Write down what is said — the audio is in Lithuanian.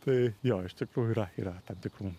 tai jo iš tikrųjų yra yra tam tikrų